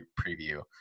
preview